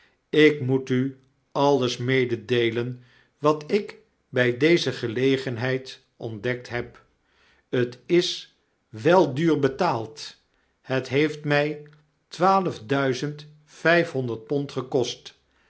ik moet u alles mededeelen wat ik by dezegelegenheid ontdekt heb t is wel duur betaald het heeft my twaalf duizend vyf honderd pond gekost